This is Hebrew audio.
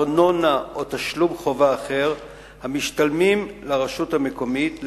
ארנונה או תשלום חובה אחר המשתלמים לרשות מקומית,